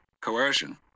coercion